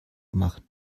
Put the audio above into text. machen